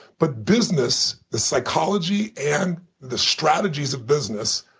but business the psychology and the strategies of business,